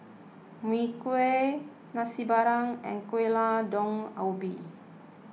Mui Kee Nasi Padang and Gulai Daun Ubi